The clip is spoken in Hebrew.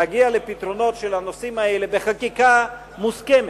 להגיע לפתרונות של הנושאים האלה בחקיקה מוסכמת,